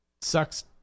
sucks